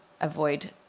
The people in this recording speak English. avoid